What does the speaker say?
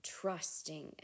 trusting